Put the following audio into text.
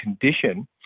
condition